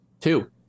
Two